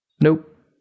Nope